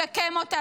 לשקם אותה,